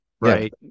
Right